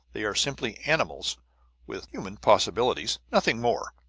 they are simply animals with human possibilities, nothing more.